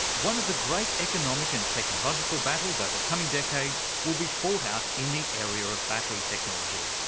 one of the great economic and technological battles over coming decades will be fought out in the area of battery technology.